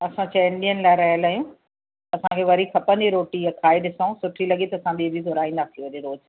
असां चइनि ॾींहंनि लाइ रहियल आहियूं असांखे वरी खपंदी रोटी इहा खाई ॾिसूं सुठी लॻी त असां ॿीं बि घुराईंदासीं वरी रोज़ु